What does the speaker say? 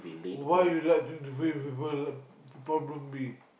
why you like to give people the problem be